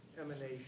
emanation